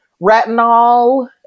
retinol